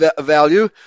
value